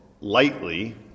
lightly